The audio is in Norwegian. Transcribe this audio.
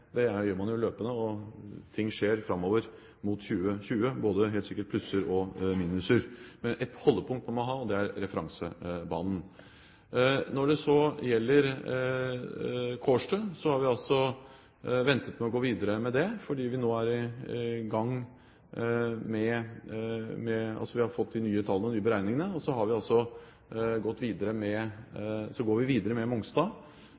gjør man jo løpende, og ting skjer framover mot 2020, helt sikkert både plusser og minuser. Men ett holdepunkt må man ha, og det er referansebanen. Når det så gjelder Kårstø, har vi ventet med å gå videre med det fordi vi nå har fått de nye tallene og de nye beregningene. Og så går vi videre med